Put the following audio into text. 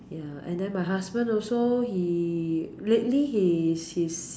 ya and then my husband also he lately his his